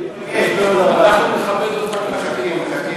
ניפגש בעוד ארבע שנים.